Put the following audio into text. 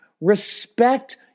Respect